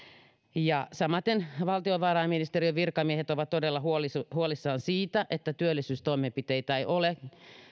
samaten valtiovarainministeriön virkamiehet ovat todella huolissaan siitä että työllisyystoimenpiteitä ei ole